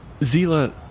Zila